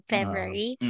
February